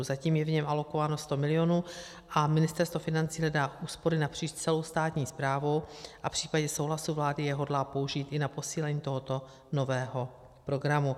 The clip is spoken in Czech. Zatím je v něm alokováno 100 mil. a Ministerstvo financí hledá úspory napříč celou státní správou a v případě souhlasu vlády je hodlá použít i na posílení tohoto nového programu.